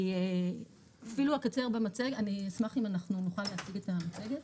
אני אשמח אם נוכל להציג את המצגת.